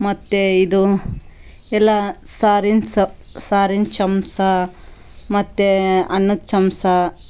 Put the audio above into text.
ಮತ್ತು ಇದು ಎಲ್ಲ ಸಾರಿನ ಸಾರಿನ ಚಮ್ಚ ಮತ್ತು ಅನ್ನದ ಚಮ್ಚ